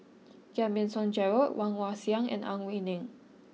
Giam Yean Song Gerald Woon Wah Siang and Ang Wei Neng